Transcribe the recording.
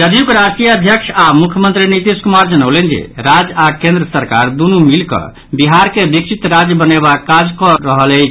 जदयूक राष्ट्रीय अध्यक्ष आओर मुख्यमंत्री नीतीश कुमार जनौलनि जे राज्य आ केन्द्र सरकार दूनु मिलीकऽ बिहार के विकसित राज्य बनयबाक काज कऽ रहल अछि